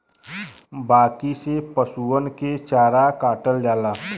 बांकी से पसुअन के चारा काटल जाला